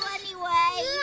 anyway. yeah.